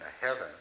heaven